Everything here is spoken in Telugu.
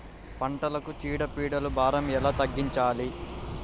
పంటలకు చీడ పీడల భారం ఎలా తగ్గించాలి?